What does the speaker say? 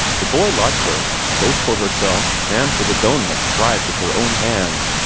the boy liked her both for herself, and for the doughnuts fried with her own hands,